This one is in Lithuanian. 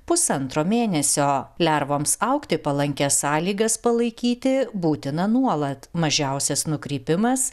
pusantro mėnesio lervoms augti palankias sąlygas palaikyti būtina nuolat mažiausias nukrypimas